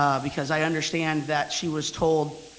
um because i understand that she was told